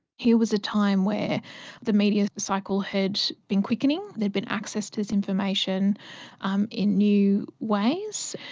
here was a time where the media cycle had been quickening, there had been access to this information um in new ways,